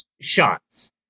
shots